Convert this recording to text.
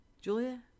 Julia